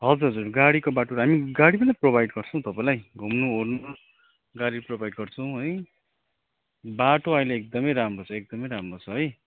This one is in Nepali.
हजुर हजुर गाडीको बाटो हामी गाडी पनि त प्रोभाइड गर्छौँ तपाईँलाई घुम्नुओर्नु गाडी प्रोभाइड गर्छौँ है बाटो अहिले एकदमै राम्रो छ एकदमै राम्रो छ है